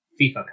FIFA